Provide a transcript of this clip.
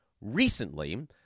recently